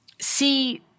see